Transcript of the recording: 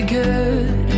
good